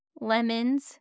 lemons